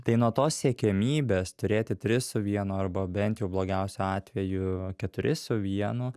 tai nuo tos siekiamybės turėti tris su vienu arba bent jau blogiausiu atveju keturi su vienu